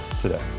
today